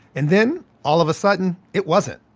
and then, all of a sudden, it wasn't.